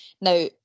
Now